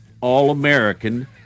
All-American